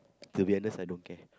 to be honest I don't care